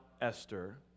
Esther